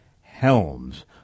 Helms